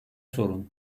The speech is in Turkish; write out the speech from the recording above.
sorun